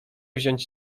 wziąć